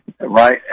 Right